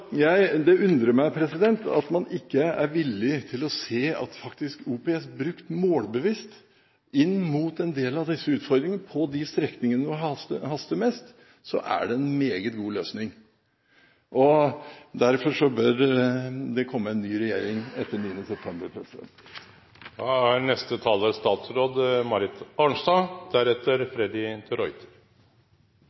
vedlikehold. Det undrer meg at man ikke er villig til å se at OPS – brukt målbevisst, inn mot en del av disse utfordringene og på de strekningene der det haster mest – er en meget god løsning. Derfor bør det komme en ny regjering etter 9. september. Debatten har vart en stund, og det viser at samferdsel er